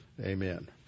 Amen